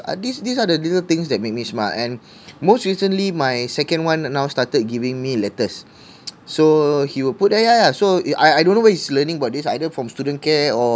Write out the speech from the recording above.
uh these these are the little things that make me smile and most recently my second one now started giving me letters so he will put there yeah yeah so I I don't know where he is learning about this either from student care or